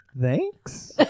Thanks